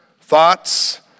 thoughts